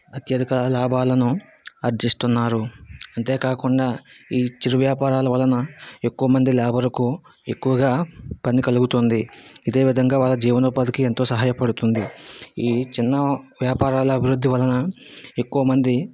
అత్యధిక లాభాలను ఆర్జిస్తున్నారు అంతే కాకుండా ఈ చిరు వ్యాపారాల వలన ఎక్కువ మంది లేబర్కు ఎక్కువగా పని కలుగుతుంది ఇదే విధంగా వారి జీవన ఉపాధికి ఎంతో సహాయపడుతుంది ఈ చిన్న వ్యాపారాల అభివృద్ధి వలన ఎక్కువమంది